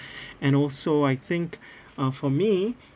and also I think uh for me